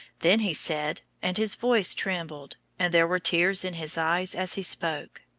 then he said and his voice trembled, and there were tears in his eyes, as he spoke,